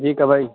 جی کوئی